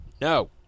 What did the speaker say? no